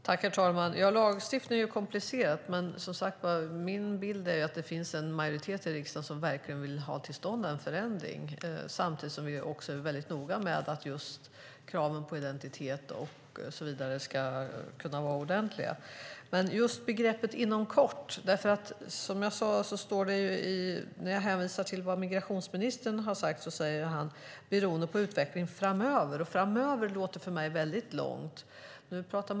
Herr talman! Lagstiftning är komplicerat, men min bild är, som sagt, att det finns en majoritet i riksdagen som verkligen vill få till stånd en ändring samtidigt som vi är noga med att det ska finnas ordentliga krav på identitet och så vidare. Jag återkommer till begreppet "inom kort". Jag kan hänvisa till vad migrationsministern sagt, nämligen "beroende på utvecklingen av praxis framöver". Framöver låter för mig som en lång tid.